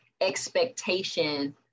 expectation